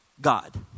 God